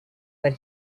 that